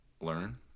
learn